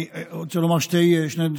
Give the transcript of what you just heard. אני רוצה לומר שתי הערות: